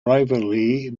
rivalry